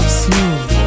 smooth